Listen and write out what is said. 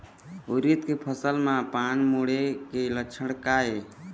उरीद के फसल म पान मुड़े के लक्षण का ये?